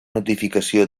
notificació